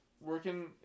working